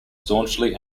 staunchly